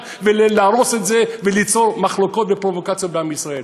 ולהרוס את זה וליצור מחלוקות ופרובוקציות בעם ישראל.